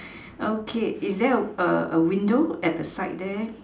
okay is there a window at the side